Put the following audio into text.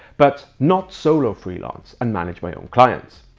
but not solo freelance and manage my own clients.